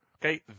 Okay